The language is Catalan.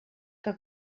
que